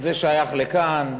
זה שייך לכאן?